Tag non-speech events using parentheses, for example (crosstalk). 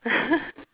(laughs)